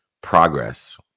progress